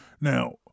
Now